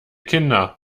kinder